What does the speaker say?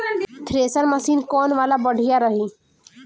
Thresher machine कौन वाला बढ़िया रही?